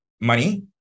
money